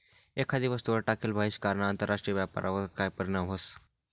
एखादी वस्तूवर टाकेल बहिष्कारना आंतरराष्ट्रीय व्यापारवर काय परीणाम व्हस?